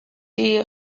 die